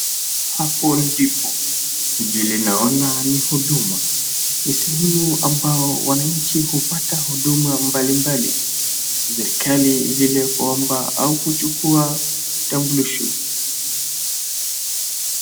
Hapo ndipo, vile naona ni huduma, ni sehemu ambapo wananchi hupata huduma mbalimbali, za serikali vile kuomba au kuchukua kitambulisho.